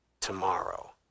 tomorrow